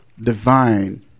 divine